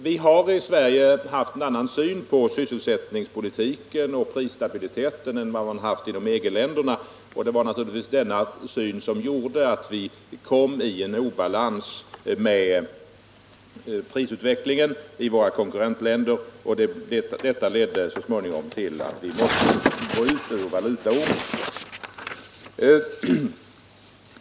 Vi har i Sverige en annan syn på sysselsättningspolitiken och prisstabiliteten än vad man har inom EG-länderna, och det var naturligtvis detta som gjorde att vi kom i en obalans med prisutvecklingen i våra konkurrentländer, vilket i sin tur så småningom ledde till att vi måste gå ut ur valutaormen.